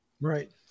Right